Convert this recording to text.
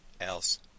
else